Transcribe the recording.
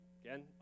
again